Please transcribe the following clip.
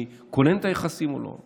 כונן את היחסים ומי לא.